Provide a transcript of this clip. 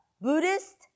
Buddhist